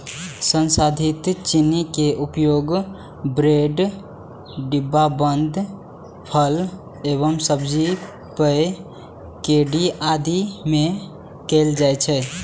संसाधित चीनी के उपयोग ब्रेड, डिब्बाबंद फल एवं सब्जी, पेय, केंडी आदि मे कैल जाइ छै